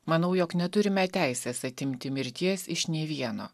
manau jog neturime teisės atimti mirties iš nei vieno